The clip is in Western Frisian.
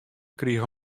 krige